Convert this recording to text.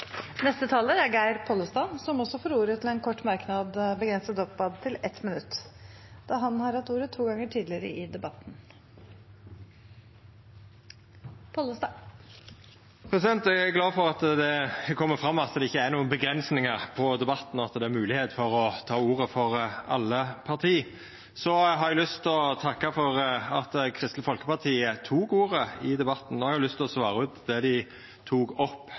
Geir Pollestad har hatt ordet to ganger tidligere og får ordet til en kort merknad, avgrenset til 1 minutt. Eg er glad for at det er kome fram at det ikkje er avgrensingar i debatten, at det er moglegheit for å ta ordet for alle parti. Eg har lyst til å takka for at Kristeleg Folkeparti tok ordet i debatten, og eg har lyst til å svara på det dei tok opp.